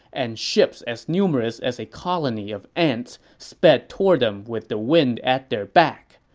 and ships as numerous as a colony of ants sped toward them with the wind at their back.